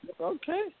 Okay